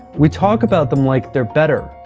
we talk about them like they're better,